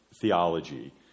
theology